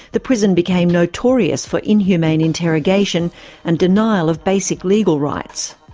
the prison became notorious for inhumane interrogation and denial of basic legal rights.